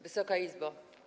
Wysoka Izbo!